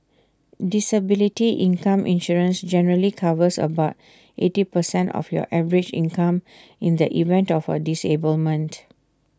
disability income insurance generally covers about eighty percent of your average income in the event of A disablement